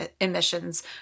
emissions